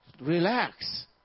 relax